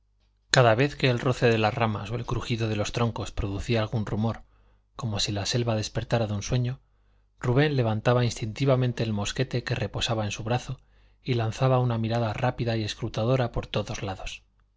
cada vez que el roce de las ramas o el crujido de los troncos producía algún rumor como si la selva despertara de un sueño rubén levantaba instintivamente el mosquete que reposaba en su brazo y lanzaba una mirada rápida y escrutadora por todos lados